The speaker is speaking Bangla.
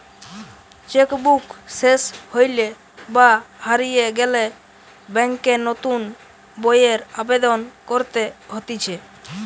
চেক বুক সেস হইলে বা হারিয়ে গেলে ব্যাংকে নতুন বইয়ের আবেদন করতে হতিছে